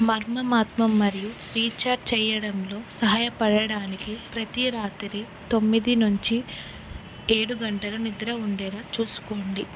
మరమత్తు మరియు రీచార్జ్ చేయడంలో సహాయపడడానికి ప్రతీ రాత్రి తొమ్మిది నుంచి ఏడు గంటలు నిద్ర ఉండేలా చూసుకోండి